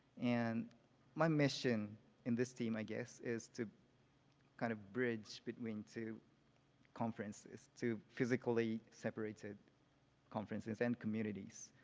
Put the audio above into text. and my mission in this team, i guess, is to kind of bridge between two conferences. two physically separated conferences and communities.